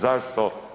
Zašto?